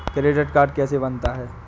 Credit card कैसे बनता है?